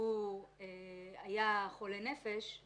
הוא היה חולה נפש,